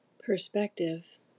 Perspective